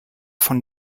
von